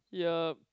yup